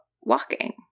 walking